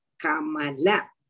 Kamala